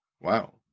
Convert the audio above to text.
Wow